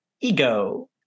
Ego